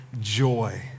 joy